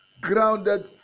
grounded